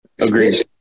Agreed